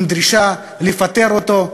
עם דרישה לפטר אותו.